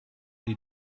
die